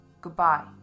Goodbye